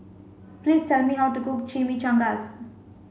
please tell me how to cook Chimichangas